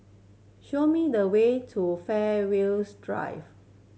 show me the way to Fairways Drive